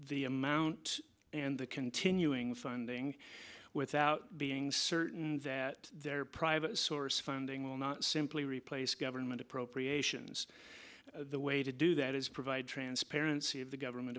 the amount and the continuing funding without being certain that their private source funding will not simply replace government appropriations the way to do that is provide transparency of the government